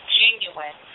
genuine